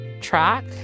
track